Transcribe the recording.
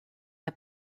der